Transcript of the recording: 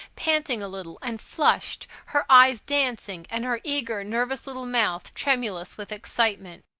panting a little and flushed, her eyes dancing and her eager, nervous little mouth tremulous with excitement.